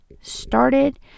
started